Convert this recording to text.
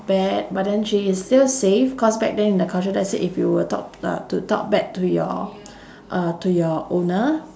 bad but then she is still safe cause back then in the culture let's say if you were talk uh to talk back to your uh to your owner